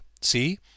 See